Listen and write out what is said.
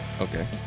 Okay